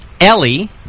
Ellie